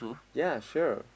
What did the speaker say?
ya sure